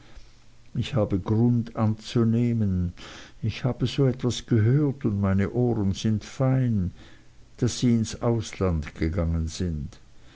ich habe grund abzunehmen ich habe so etwas gehört und meine ohren sind fein daß sie ins ausland gegangen sind